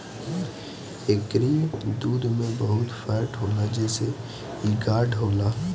एकरी दूध में बहुते फैट होला जेसे इ गाढ़ होला